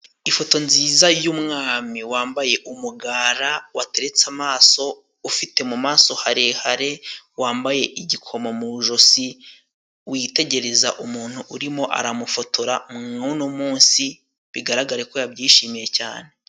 Ifoto nziza y'umwami wambaye umugara, wateretse amaso, ufite mu maso harehare, wambaye igikomo mu ijosi, witegereza umuntu urimo aramufotora, uno munsi bigaragare ko yabyishimiye cyane.